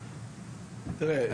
תראה,